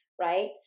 right